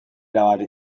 erabat